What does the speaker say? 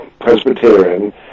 Presbyterian